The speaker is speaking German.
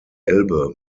elbe